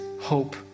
hope